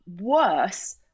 Worse